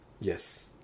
yes